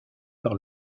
par